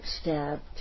stabbed